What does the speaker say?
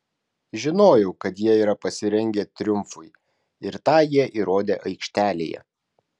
žinojau kad jie yra pasirengę triumfui ir tą jie įrodė aikštelėje